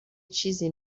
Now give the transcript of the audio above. چیزی